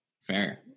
Fair